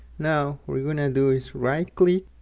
now we're gonna do is right click